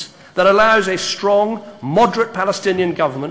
שתומך בהיפרדות בינינו ובין הפלסטינים.